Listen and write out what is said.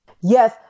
Yes